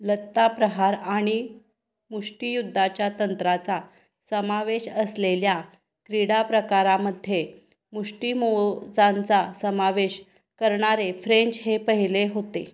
लत्ताप्रहार आणि मुष्टियुद्धाच्या तंत्राचा समावेश असलेल्या क्रीडा प्रकारामध्ये मुष्टिमोजांचा समावेश करणारे फ्रेंच हे पहिले होते